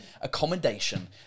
Accommodation